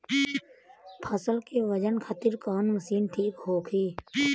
फसल के वजन खातिर कवन मशीन ठीक होखि?